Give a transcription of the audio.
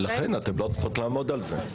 לכן אתן לא צריכות לעמוד על זה.